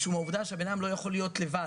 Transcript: כי האדם לא יכול להיות לבד,